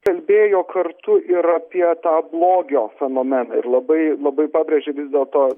kalbėjo kartu yra apie tą blogio fenomeną ir labai labai pabrėžė vis dėl to